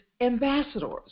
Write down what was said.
ambassadors